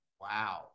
wow